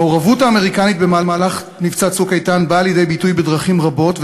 המעורבות האמריקנית במהלך מבצע "צוק איתן" באה לידי ביטוי בדרכים רבות,